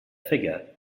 figure